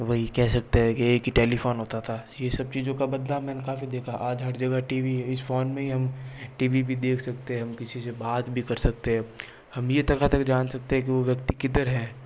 वहीं कह सकते है कि एक ही टेलीफोन होता था ये सब चीज़ों का बदलाव मैंने काफ़ी देखा आज हर जगह टी वी है इस फोन में ही हम टी वी भी देख सकते हैं हम किसी से बात भी कर सकते हैं हम यहाँ तक जान सकते हैं कि वो व्यक्ति किधर है